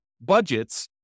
budgets